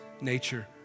nature